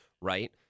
right